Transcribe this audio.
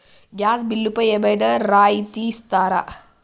Gas బిల్లుపై ఏమైనా రాయితీ ఇస్తారా?